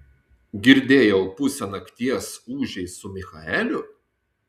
girdėjau pusę nakties ūžei su michaeliu